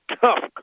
tough